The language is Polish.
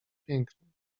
pięknym